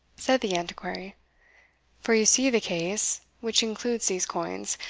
said the antiquary for you see the case, which includes these coins,